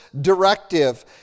directive